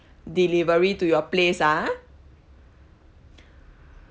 delivery to your place ah